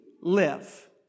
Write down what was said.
live